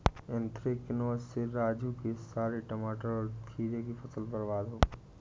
anthracnose से राजू के सारे टमाटर और खीरे की फसल बर्बाद हो गई